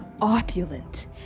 opulent